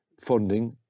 funding